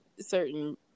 certain